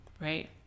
right